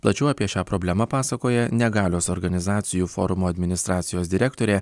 plačiau apie šią problema pasakoja negalios organizacijų forumo administracijos direktorė